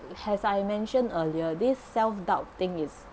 as I mentioned earlier this self doubt thing is